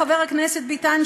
חבר הכנסת ביטן,